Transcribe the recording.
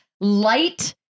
light